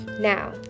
Now